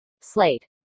Slate